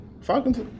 Falcons